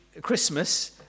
Christmas